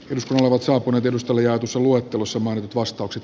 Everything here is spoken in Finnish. yhdysvallat saapunut edustalle ja iso voitto osuman vastaukset